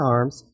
Arms